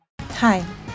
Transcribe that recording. hi